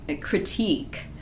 critique